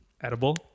Edible